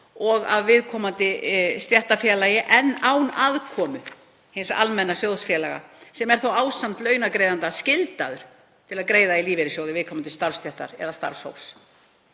og af viðkomandi stéttarfélagi, en án aðkomu hins almenna sjóðfélaga sem er þó ásamt launagreiðanda skyldaður til að greiða í lífeyrissjóð viðkomandi starfsstéttar eða starfshóps.